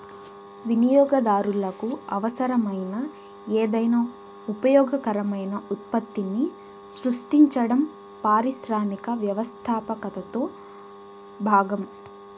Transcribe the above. వినియోగదారులకు అవసరమైన ఏదైనా ఉపయోగకరమైన ఉత్పత్తిని సృష్టించడం పారిశ్రామిక వ్యవస్థాపకతలో భాగం